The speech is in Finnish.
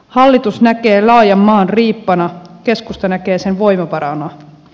hallitus näkee laajan maan riippana keskusta näkee sen voimavarana